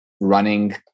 running